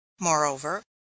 moreover